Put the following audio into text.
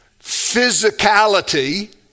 physicality